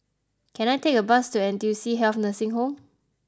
can I take a bus to N T U C Health Nursing Home